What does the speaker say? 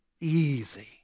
easy